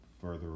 further